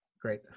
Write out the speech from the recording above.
Great